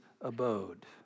abode